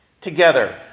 together